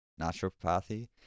naturopathy